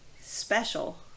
special